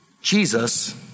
Jesus